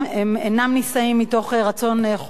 כי הוא לא בגיל,